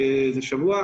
זה שבוע.